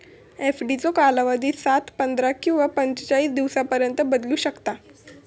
एफडीचो कालावधी सात, पंधरा किंवा पंचेचाळीस दिवसांपर्यंत बदलू शकता